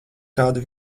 kādu